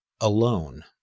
alone